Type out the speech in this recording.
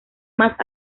más